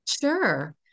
Sure